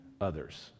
others